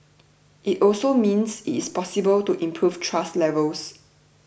it also means it is possible to improve trust levels